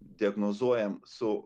diagnozuojam su